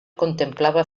contemplava